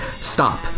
Stop